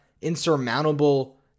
insurmountable